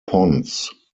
pons